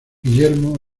guillermo